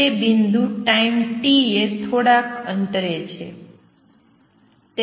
તે બિંદુ time t એ થોડાક અંતરે છે